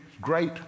great